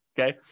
okay